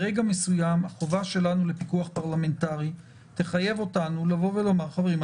ברגע מסוים החובה שלנו לפיקוח פרלמנטרי תחייב אותנו לבוא ולומר: חברים,